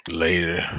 later